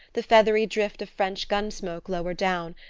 the feathery drift of french gun-smoke lower down,